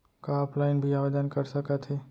का ऑफलाइन भी आवदेन कर सकत हे?